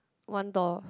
one door